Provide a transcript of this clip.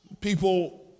People